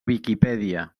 viquipèdia